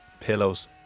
Pillows